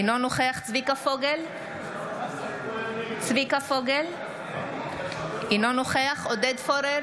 אינו נוכח צביקה פוגל, אינו נוכח עודד פורר,